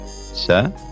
Sir